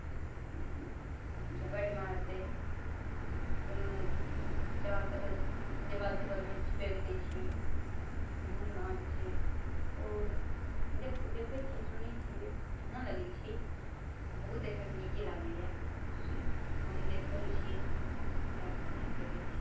झपटि मारतै कोनो जहाँ कतहु दिवाल तिवालमे चिपकि जाइ छै इहो ने बात छै आओर देख देखै छियै सुनै छियै बढ़िआँ लागै छै ओहो देखयमे नीके लागैए सुन हम देखल छियै इएह खातिर कहै छी